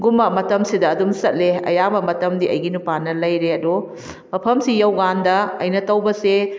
ꯒꯨꯝꯕ ꯃꯇꯝꯁꯤꯗ ꯑꯗꯨꯝ ꯆꯠꯂꯦ ꯑꯌꯥꯝꯕ ꯃꯇꯝꯗꯤ ꯑꯩꯒꯤ ꯅꯨꯄꯥꯅ ꯂꯩꯔꯦ ꯑꯗꯣ ꯃꯐꯝꯁꯤ ꯌꯧꯀꯥꯟꯗ ꯑꯩꯅ ꯇꯧꯕꯁꯦ